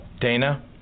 Dana